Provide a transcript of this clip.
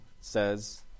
says